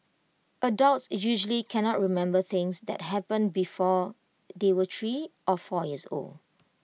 adults usually cannot remember things that happened before they were three or four years old